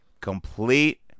complete